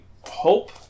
hope